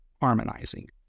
harmonizing